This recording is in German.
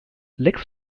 lecks